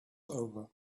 over